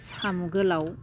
साम' गोलाव